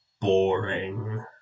boring